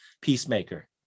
Peacemaker